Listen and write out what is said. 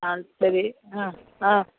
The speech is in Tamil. ஆ சரி ஆ ஆ